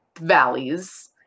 valleys